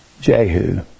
Jehu